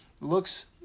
looks